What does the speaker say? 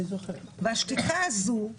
והשתיקה הזאת,